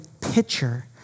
picture